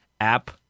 app